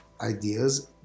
ideas